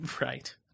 Right